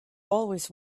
always